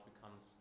becomes